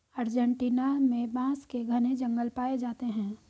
Argentina में बांस के घने जंगल पाए जाते हैं